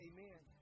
Amen